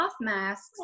masks